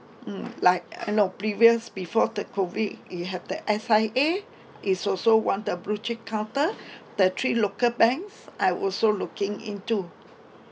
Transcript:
mm like eh no previous before the COVID it have the S_I_A is also one the blue chip counter the three local banks I also looking into